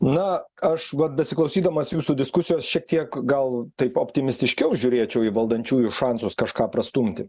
na aš vat besiklausydamas jūsų diskusijos šiek tiek gal taip optimistiškiau žiūrėčiau į valdančiųjų šansus kažką prastumti